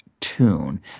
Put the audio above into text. Tune